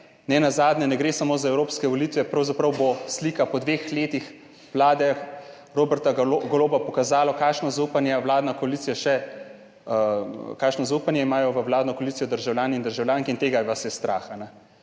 nenazadnje ne gre samo za evropske volitve, pravzaprav bo slika po dveh letih vlade Roberta Goloba pokazala, kakšno zaupanje imajo v vladno koalicijo državljani in državljanke. Tega vas je strah